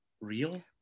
real